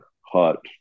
hot